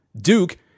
Duke